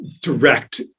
direct